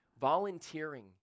Volunteering